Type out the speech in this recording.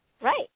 Right